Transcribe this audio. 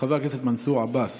חבר הכנסת מנסור עבאס